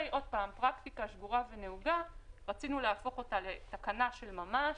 את הפרקטיקה השגורה שנהוגה רצינו להפוך לתקנה של ממש,